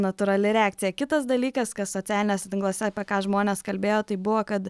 natūrali reakcija kitas dalykas kas socialiniuose tinkluose apie ką žmonės kalbėjo tai buvo kad